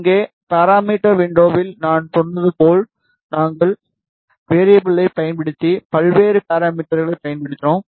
இங்கே பாராமீட்டர் விண்டோவில் நான் சொன்னது போல் நாங்கள் வெறியபிள்களை பயன்படுத்தி பல்வேறு பாராமீட்டர்களைப் பயன்படுத்தினோம்